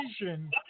vision